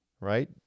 right